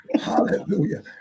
Hallelujah